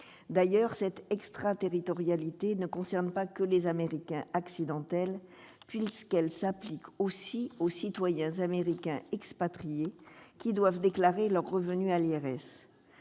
D'ailleurs, cette extraterritorialité ne concerne pas que les « Américains accidentels », puisqu'elle s'applique aussi aux citoyens américains expatriés, qui doivent déclarer leurs revenus à l'IRS.